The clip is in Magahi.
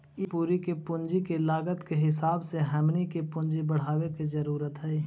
ई तुरी के पूंजी के लागत के हिसाब से हमनी के पूंजी बढ़ाबे के जरूरत हई